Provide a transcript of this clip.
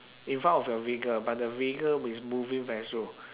in front of your vehicle but the vehicle is moving very slow